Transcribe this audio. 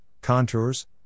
contours